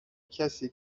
کسیه